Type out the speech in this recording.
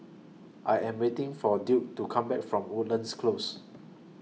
I Am waiting For Duke to Come Back from Woodlands Close